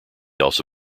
also